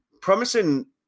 promising